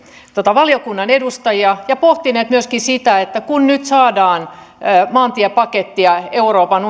valiokunnan edustajia ja pohtineet myöskin sitä että kun nyt saadaan maantiepakettia euroopan